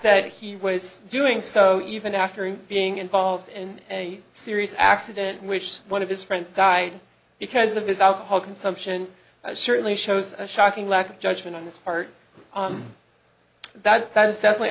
that he was doing so even after being involved in a serious accident in which one of his friends died because of his alcohol consumption certainly shows a shocking lack of judgment on this part that is definitely